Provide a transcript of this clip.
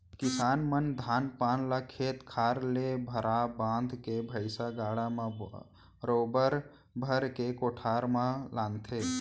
किसान मन धान पान ल खेत खार ले भारा बांध के भैंइसा गाड़ा म बरोबर भर के कोठार म लानथें